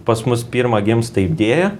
pas mus pirma gimsta idėja